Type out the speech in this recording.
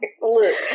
look